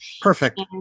Perfect